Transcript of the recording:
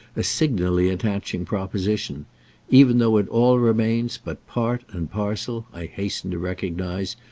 a signally attaching proposition even though it all remains but part and parcel, i hasten to recognise,